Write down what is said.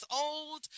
old